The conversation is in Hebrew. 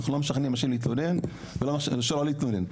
אנחנו לא משכנעים אנשים להתלונן ולא לא להתלונן,